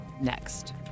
next